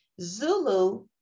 Zulu